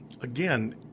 again